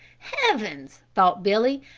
heavens! thought billy,